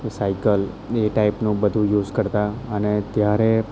cycle એ ટાઈપનું બધું યુઝ કરતા અને ત્યારે